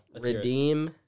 Redeem